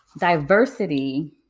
diversity